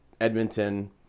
Edmonton